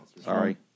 sorry